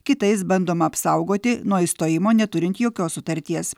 kitais bandoma apsaugoti nuo išstojimo neturint jokios sutarties